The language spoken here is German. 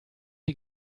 die